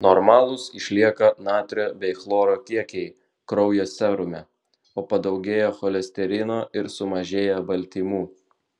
normalūs išlieka natrio bei chloro kiekiai kraujo serume o padaugėja cholesterino ir sumažėja baltymų